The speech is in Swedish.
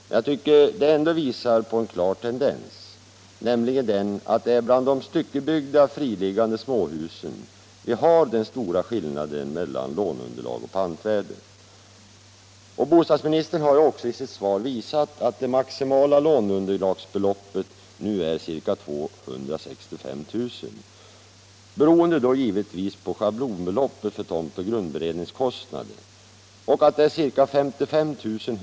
Men jag tycker ändå att de visar en klar tendens, nämligen att det är bland de styckebyggda, friliggande småhusen som vi har den största skillnaden mellan låneunderlag och pantvärde. Bostadsministern har också i sitt svar visat att det maximala låneunderlagsbeloppet nu är ca 265 000 kr., givetvis beroende på schablonbeloppet för tomt och grundberedning , som är ca 55 000 kr.